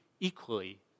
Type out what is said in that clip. equally